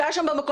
שהיה שם במקום.